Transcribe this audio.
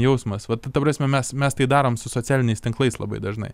jausmas vat ta prasme mes mes tai darom su socialiniais tinklais labai dažnai